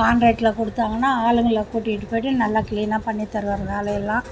காண்ட்ராக்ட்டில் கொடுத்தாங்கனா ஆளுங்களை கூட்டிகிட்டு போய்ட்டு நல்லா கிளீனாக பண்ணித் தருவார் வேலையெல்லாம்